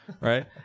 right